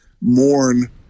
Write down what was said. mourn